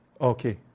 Okay